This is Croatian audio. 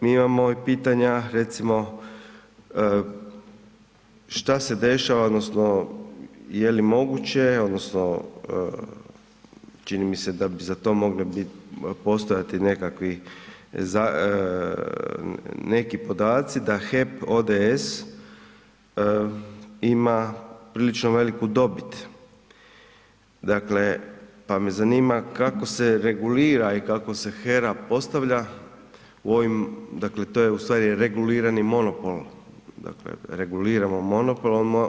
Mi imamo i pitanja recimo, šta se dešava odnosno jeli moguće čini mi se da bi za to mogli postojati neki podaci da HEP ODS ima prilično veliku dobit, pa me zanima kako se regulira i kako se HERA postavlja u ovim dakle to je ustvari regulirani monopol, dakle reguliramo monopolom.